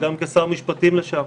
וגם כשר משפטים לשעבר.